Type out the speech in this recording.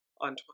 On